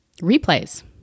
replays